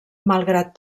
malgrat